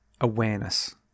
awareness